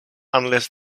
unless